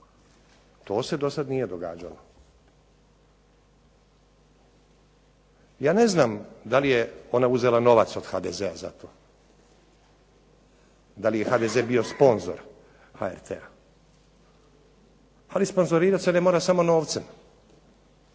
to se do sada nije događalo. Ja ne znam da li je ona uzela novac od HDZ-a za to, da li je HDZ bio sponzor HRT-a ali sponzorirati se ne treba samo novcem,